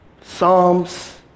psalms